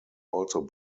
also